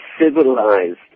civilized